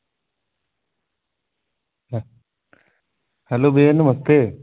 hello भैया नमस्ते